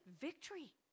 victory